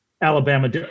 Alabama